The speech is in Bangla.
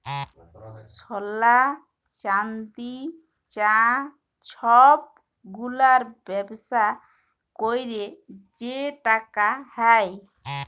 সলা, চাল্দি, চাঁ ছব গুলার ব্যবসা ক্যইরে যে টাকা হ্যয়